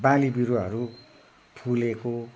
बाली बिरुवाहरू फुलेको